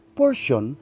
portion